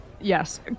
Yes